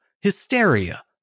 hysteria